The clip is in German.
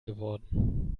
geworden